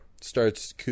starts